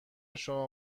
شما